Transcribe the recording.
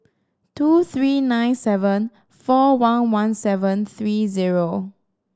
two three nine seven four one one seven three zero